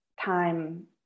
time